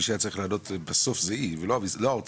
מי שהיה צריך לעלות בסוף זו היא ולא האוצר,